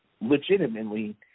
legitimately